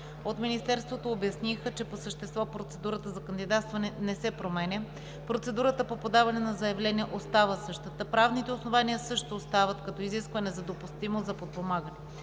От Министерството обясниха, че по същество процедурата за кандидатстване не се променя, процедурата по подаване на заявления остава същата, правните основания също остават, като изискване за допустимост за подпомагане.